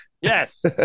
Yes